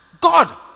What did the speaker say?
God